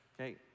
Okay